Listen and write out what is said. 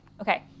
Okay